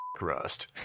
rust